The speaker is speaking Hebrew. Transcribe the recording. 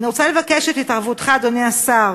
אני רוצה לבקש את התערבותך, אדוני השר,